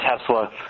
Tesla